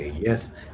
yes